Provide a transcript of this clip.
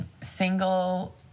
single